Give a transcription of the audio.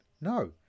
no